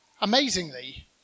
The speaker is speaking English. amazingly